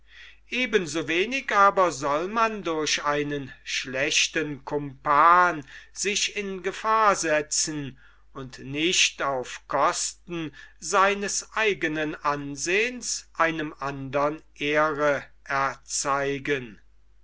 so wenig aber soll man durch einen schlechten kumpan sich in gefahr setzen und nicht auf kosten seines eigenen ansehens einen andern ehre erzeigen